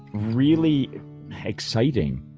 really exciting.